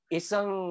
isang